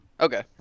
Okay